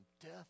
death